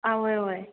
आं वोय वोय